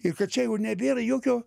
ir kad čia jau nebėra jokio